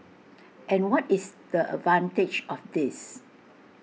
and what is the advantage of this